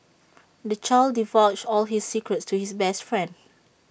the child divulged all his secrets to his best friend